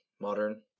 modern